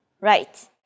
Right